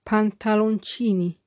Pantaloncini